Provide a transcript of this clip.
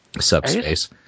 Subspace